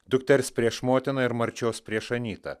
dukters prieš motiną ir marčios prieš anytą